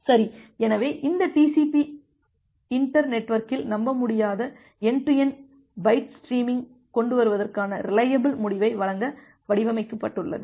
சரி எனவே இந்த TCP இன்டர் நெட்வொர்க்கில் நம்பமுடியாத என்டு டு என்டு பைட் ஸ்ட்ரீமிங்கை கொண்டுவருவதற்கான ரிலையபில் முடிவை வழங்க வடிவமைக்கப்பட்டுள்ளது